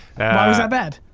why was that bad?